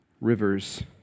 rivers